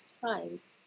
times